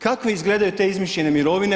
Kako izgledaju te izmišljene mirovine?